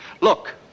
Look